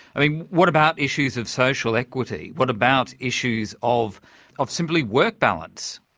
i mean what about issues of social equity? what about issues of of simply work balance?